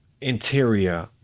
interior